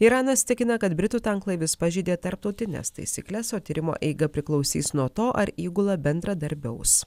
iranas tikina kad britų tanklaivis pažeidė tarptautines taisykles o tyrimo eiga priklausys nuo to ar įgula bendradarbiaus